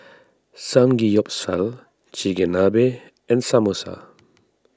Samgeyopsal Chigenabe and Samosa